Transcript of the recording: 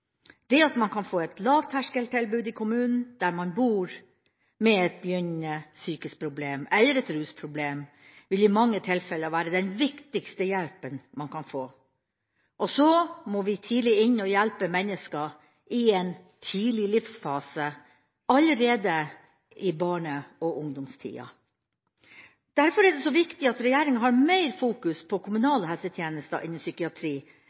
Det at man kan få et lavterskeltilbud i kommunen der man bor, ved et begynnende psykisk problem eller et rusproblem, vil i mange tilfeller være den viktigste hjelpen man kan få. Og så må vi inn og hjelpe mennesker i en tidlig livsfase, allerede i barne- og ungdomstida. Derfor er det så viktig at regjeringa har mer fokus på kommunale helsetjenester innen psykiatri